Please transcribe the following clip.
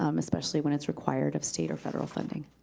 um especially when it's required of state or federal funding.